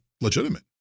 legitimate